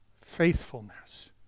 faithfulness